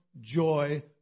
joy